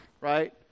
right